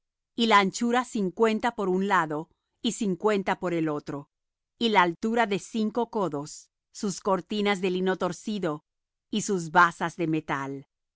y la anchura cincuenta por un lado y cincuenta por el otro y la altura de cinco codos sus cortinas de lino torcido y sus basas de metal